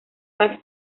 paz